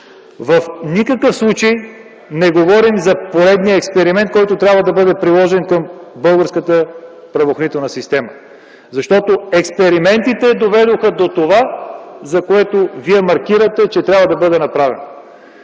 В никакъв случай не говорим за поредния експеримент, който трябва да бъде приложен към българската правоохранителна система. Защото експериментите доведоха до това, за което маркирате, че трябва да бъде направено.